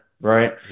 right